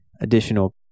additional